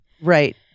Right